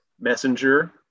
Messenger